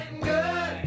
good